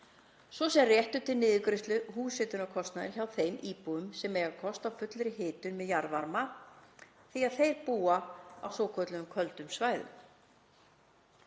svo sem réttar til niðurgreiðslu húshitunarkostnaðar hjá þeim íbúum sem eiga ekki kost á fullri hitun með jarðvarma því að þeir búa á svokölluðum